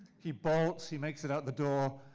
he bolts, he makes it out the door,